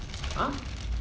ah